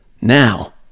now